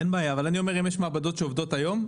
אין בעיה אבל אני אומר שאם יש מעבדות שעובדות היום,